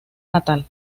natal